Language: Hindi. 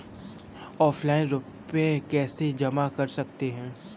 ऑफलाइन रुपये कैसे जमा कर सकते हैं?